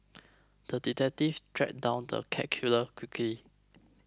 the detective tracked down the cat killer quickly